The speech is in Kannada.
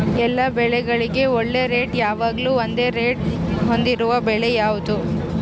ಎಲ್ಲ ಬೆಳೆಗಳಿಗೆ ಒಳ್ಳೆ ರೇಟ್ ಯಾವಾಗ್ಲೂ ಒಂದೇ ರೇಟ್ ಹೊಂದಿರುವ ಬೆಳೆ ಯಾವುದು?